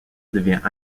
devient